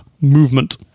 movement